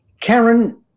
Karen